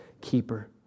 keeper